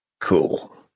cool